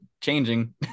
changing